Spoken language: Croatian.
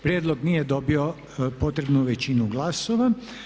Prijedlog nije dobio potrebnu većinu glasova.